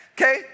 Okay